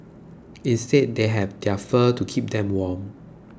instead they have their fur to keep them warm